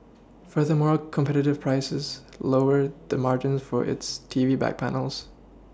furthermore competitive prices lower the margin for its T V back panels